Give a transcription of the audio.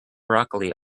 broccoli